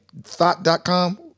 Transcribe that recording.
thought.com